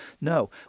No